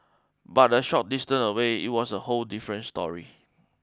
but a short distant away it was a whole different story